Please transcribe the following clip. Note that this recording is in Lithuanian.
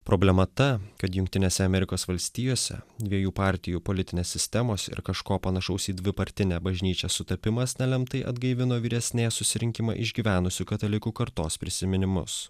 problema ta kad jungtinėse amerikos valstijose dviejų partijų politinės sistemos ir kažko panašaus į dvipartinę bažnyčią sutapimas nelemtai atgaivino vyresnės susirinkimą išgyvenusių katalikų kartos prisiminimus